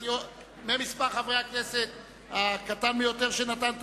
ממספר חברי הכנסת הקטן ביותר שנתן את